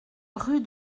rue